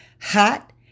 Hot